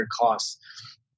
costs